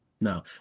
No